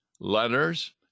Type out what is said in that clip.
letters